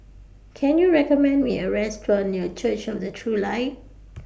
Can YOU recommend Me A Restaurant near Church of The True Light